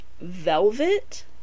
velvet